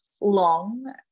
long